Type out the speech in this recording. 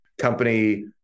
company